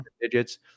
digits